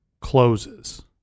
closes